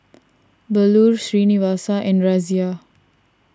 Bellur Srinivasa and Razia